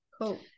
Cool